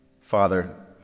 father